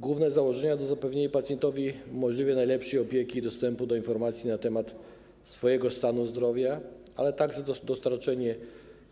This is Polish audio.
Główne założenia to zapewnienie pacjentowi możliwie najlepszej opieki i dostępu do informacji na temat swojego stanu zdrowia, ale także dostarczenie